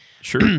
Sure